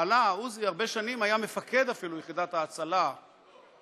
בעלה עוזי הרבה שנים היה אפילו מפקד יחידת ההצלה באזור,